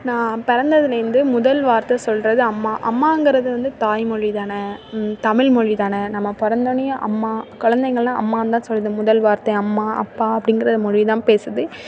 நான் பிறந்ததுலேருந்து முதல் வார்த்தை சொல்கிறது அம்மா அம்மாங்கிறது வந்து தாய்மொழி தான் தமிழ்மொழி தான் நம்ம பிறந்தோடனையும் அம்மா குழந்தைங்கள்லாம் அம்மான்தான் சொல்லுது முதல் வார்த்தை அம்மா அப்பா அப்படிங்கறது மொழிதான் பேசுது